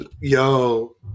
Yo